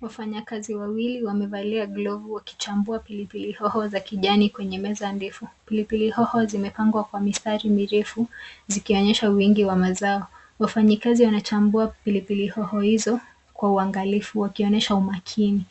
Wafanyakazi wawili wamevalia glovu wakichambua pilipili hoho za kijani kwenye meza ndefu. Pilipili hoho zimepangwa kwa mistari mirefu, zikionyesha wingi wa mazao. Wafanyikazi wanachambuwa pilipili hoho hizo kwa uangalifu wakionyesha umakini.